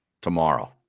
tomorrow